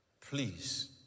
Please